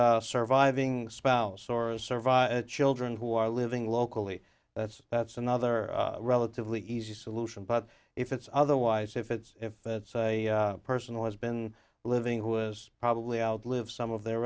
surviving spouse or a survivor children who are living locally that's that's another relatively easy solution but if it's otherwise if it's if it's a person who has been living who was probably outlive some of their